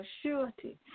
surety